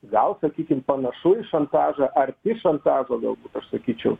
gal sakykim panašu į šantažą arti šantažo galbūt aš sakyčiau